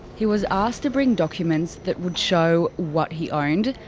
he was asked to bring documents that would show what he owned,